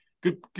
Good